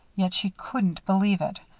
yet she couldn't believe it.